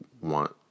want